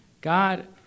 God